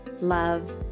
love